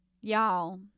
Y'all